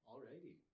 Alrighty